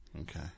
Okay